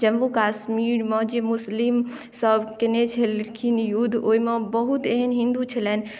जम्मू कश्मीरमे जे मुस्लिम सभ कयने छलखिन युद्ध ओहिमे बहुत एहन हिन्दु छलैथ